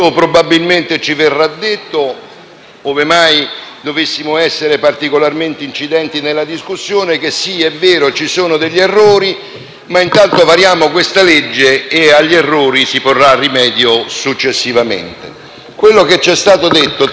ma intanto variamo questa legge e che agli errori si porrà rimedio successivamente. Quello che ci è stato detto tante e tante volte in quest'Aula, ogni qual volta abbiamo varato una legge costretti dai tempi.